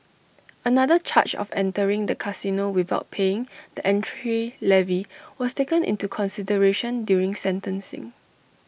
another charge of entering the casino without paying the entry levy was taken into consideration during sentencing